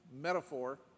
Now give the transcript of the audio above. metaphor